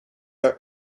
are